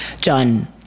John